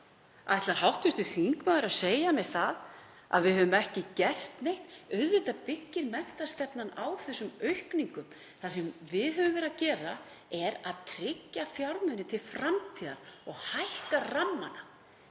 Ætlar hv. þingmaður að segja mér það að við höfum ekki gert neitt? Auðvitað byggir menntastefnan á þessari aukningu. Það sem við höfum verið að gera er að tryggja fjármuni til framtíðar og stækka rammana.